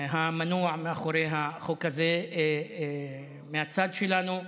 המנוע מאחורי החוק הזה מהצד שלנו,